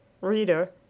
Reader